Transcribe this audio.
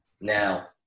Now